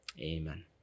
Amen